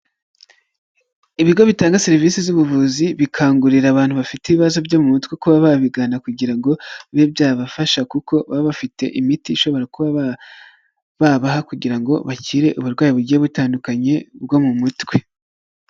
Ibigo bitanga serivisi z'ubuvuzi, bikangurira abantu bafite ibibazo byo mu mutwe kuba babigana kugira ngo bibe byabafasha, kuko baba bafite imiti ishobora kuba babaha kugira ngo bakire uburwayi bugiye butandukanye bwo mu mutwe.